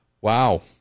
Wow